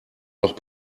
noch